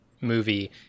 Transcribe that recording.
movie